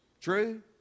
True